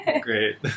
great